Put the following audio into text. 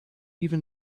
even